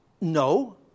No